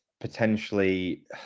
potentially